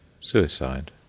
Suicide